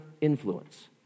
influence